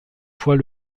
fois